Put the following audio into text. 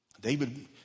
David